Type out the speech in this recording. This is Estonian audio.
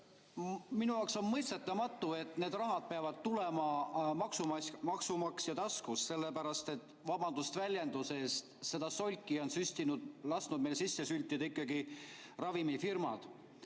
Minu jaoks on mõistetamatu, et need rahad peavad tulema maksumaksja taskust, sellepärast et – vabandust väljenduse eest! – seda solki on lasknud meile sisse süstida ikkagi ravimifirmad.